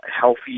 healthy